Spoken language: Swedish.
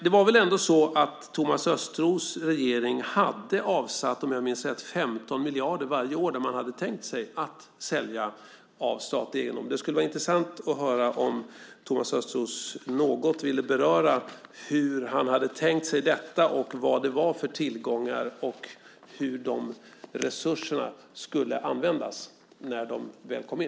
Det var ju så att Thomas Östros regering hade avsatt, om jag minns rätt, 15 miljarder varje år där man tänkt sälja av statlig egendom. Det skulle vara intressant att höra Thomas Östros något beröra hur han hade tänkt sig detta, vilka tillgångar det var fråga om och hur resurserna skulle användas när de väl kom in.